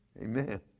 Amen